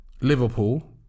Liverpool